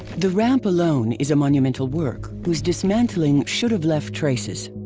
the ramp alone is a monumental work whose dismantling should have left traces.